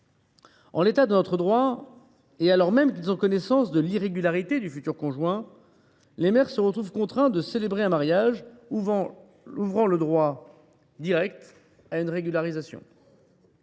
En l’état de notre droit, et alors même qu’ils ont connaissance de la situation irrégulière du futur conjoint, des maires se retrouvent contraints de célébrer un mariage ouvrant le droit direct à une régularisation.